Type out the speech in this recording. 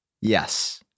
yes